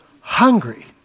hungry